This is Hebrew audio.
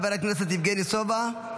חבר הכנסת יבגני סובה,